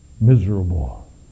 miserable